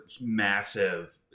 massive